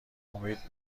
امید